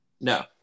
No